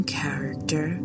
character